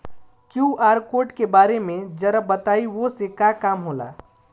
QR code के बारे में जरा बताई वो से का काम होला?